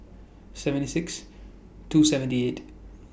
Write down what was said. seven six two seventy eight